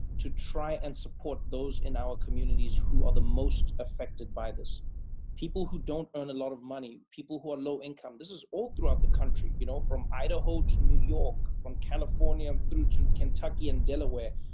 to try and support those in our communities who are the most affected by this people who don't earn a lot of money, people who are low-income. this is all throughout the country, you know, from idaho to new york, from california through to kentucky and delaware.